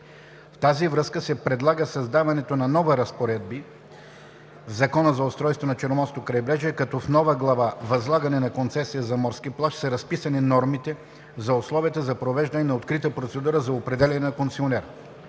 В тази връзка се предлага създаването на нови разпоредби в Закона за устройството на Черноморското крайбрежие, като в нова глава „Възлагане на концесия за морски плаж“ са разписани нормите за условията за провеждане на открита процедура за определяне на концесионер;